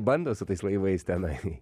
bando su tais laivais tenai